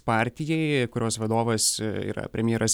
partijai kurios vadovas yra premjeras